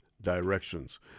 directions